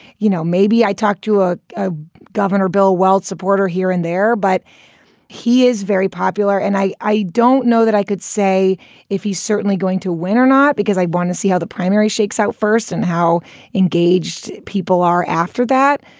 you know, maybe i talked to ah a governor, bill weld supporter here and there, but he is very popular. and i i don't know that i could say if he's certainly going to win or not, because i want to see how the primary shakes out first and how engaged people are after that.